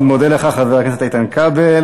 אני מאוד מודה לך, חבר הכנסת איתן כבל.